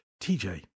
TJ